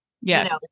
Yes